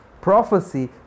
Prophecy